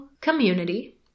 community